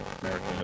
American